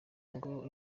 ngo